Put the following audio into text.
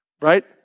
Right